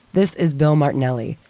this is bill martinelli,